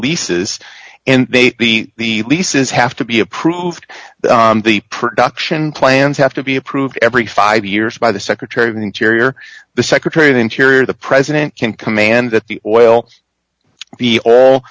leases and they'd be the leases have to be approved the production plans have to be approved every five years by the secretary of interior the secretary of interior the president can command that the oil the all